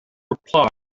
reply